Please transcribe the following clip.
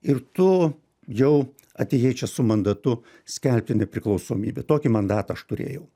ir tu jau atėjai čia su mandatu skelbti nepriklausomybę tokį mandatą aš turėjau